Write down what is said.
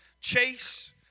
Chase